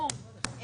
נו,